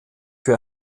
für